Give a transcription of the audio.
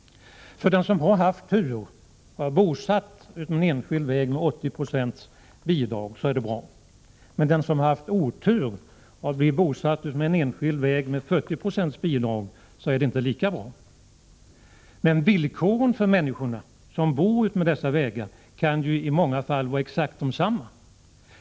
För den som haft tur och är bosatt utefter en enskild väg med 80 96 bidrag är det bra. För den som haft otur och bosatt sig utmed en väg med 40 90 bidrag är det inte lika bra. Men villkoren för människorna som bor utmed dessa vägar kan ju i många fall vara exakt desamma.